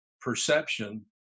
perception